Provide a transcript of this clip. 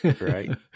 right